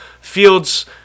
Fields